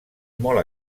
molt